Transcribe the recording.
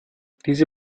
diese